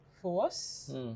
force